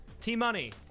T-Money